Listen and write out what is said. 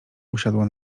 usiadła